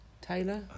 Taylor